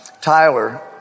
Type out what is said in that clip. Tyler